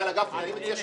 גפני, אני מציע שנתקדם.